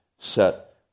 set